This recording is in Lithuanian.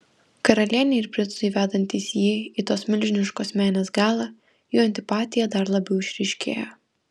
karalienei ir princui vedantis jį į tos milžiniškos menės galą jų antipatija dar labiau išryškėjo